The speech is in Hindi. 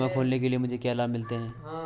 बीमा खोलने के लिए मुझे क्या लाभ मिलते हैं?